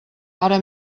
ara